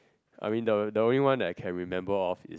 I mean the the only one that I can remember of